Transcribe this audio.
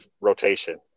rotation